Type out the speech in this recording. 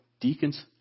Deacons